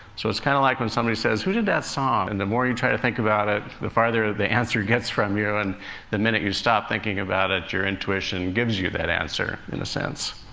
so, it's kind of like when somebody says, who did that song? and the more you try to think about it, the further the answer gets from you, and the minute you stop thinking about it, your intuition gives you that answer, in a sense.